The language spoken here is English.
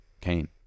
Kane